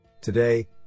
Today